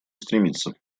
стремится